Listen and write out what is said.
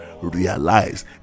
realize